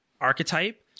archetype